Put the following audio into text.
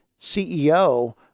CEO